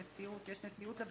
ניצן,